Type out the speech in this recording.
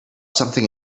something